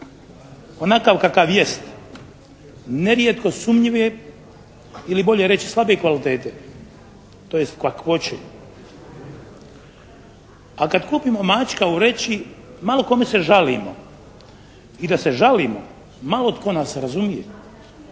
onakav kakav jest, nerijetko sumnjive ili bolje reći slabije kvalitete, tj. kakvoće. A kada kupimo mačka u vreći, malo kome se žalimo i da se žalimo, malo tko nas razumije.